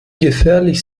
gefährlich